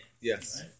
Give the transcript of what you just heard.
Yes